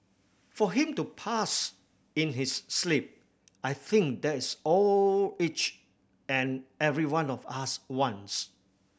for him to pass in his sleep I think that is all each and every one of us wants